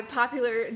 popular